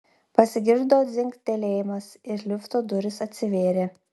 pasigirdo dzingtelėjimas ir lifto durys atsivėrė